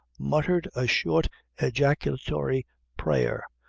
muttered a short ejaculatory prayer,